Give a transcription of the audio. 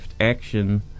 action